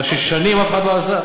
מה ששנים אף אחד לא עשה?